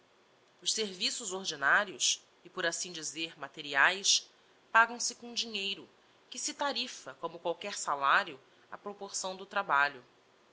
os serviços ordinarios e por assim dizer materiaes pagam se com dinheiro que se tarifa como qualquer salario á proporção do trabalho